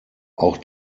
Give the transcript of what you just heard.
auch